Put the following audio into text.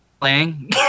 playing